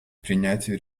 принятию